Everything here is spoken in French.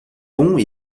bond